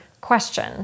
question